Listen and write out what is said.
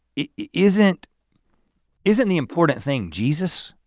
isn't isn't the important thing jesus,